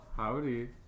Howdy